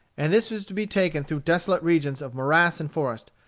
and this was to be taken through desolate regions of morass and forest,